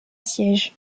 siège